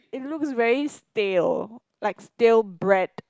it looks very stale like stale bread